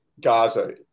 Gaza